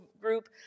group